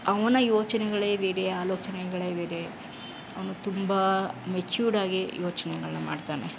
ಅವನ ಯೋಚನೆಗಳೇ ಬೇರೆ ಆಲೋಚನೆಗಳೇ ಬೇರೆ ಅವನು ತುಂಬ ಮೆಚೂರ್ಡಾಗಿ ಯೋಚನೆಗಳನ್ನ ಮಾಡ್ತಾನೆ